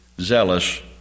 zealous